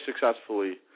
successfully